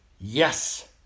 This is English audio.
Yes